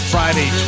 Friday